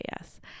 yes